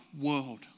world